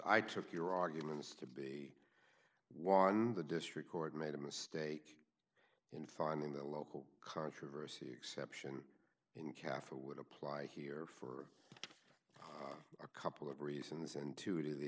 i took your arguments to be one of the district court made a mistake in finding the local controversy exception in kaffir would apply here for a couple of reasons and two to the